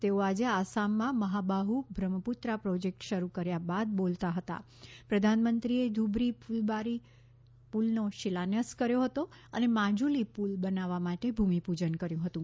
તેઓ આજે આસામમાં મહાબાહુ બ્રહ્મપુત્રા પ્રોજેક્ટ શરૂ કર્યા બાદ બોલતાં પ્રધાનમંત્રીએ ધૂબ્રી ફ્લબારી પુલનો શિલાન્યાસ કર્યો ત્તો અને માજુલી પુલ બનાવવા માટે ભૂમિપૂજન કર્યુ હતું